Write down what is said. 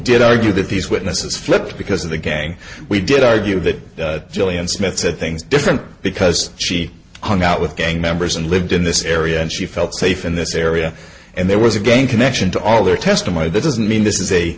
did argue that these witnesses flipped because of the gang we did argue that jillian smith said things different because she hung out with gang members and lived in this area and she felt safe in this area and there was a gang connection to all their testimony that doesn't mean th